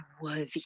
worthy